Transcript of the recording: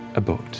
abode.